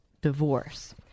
divorce